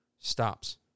Stops